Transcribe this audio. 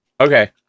Okay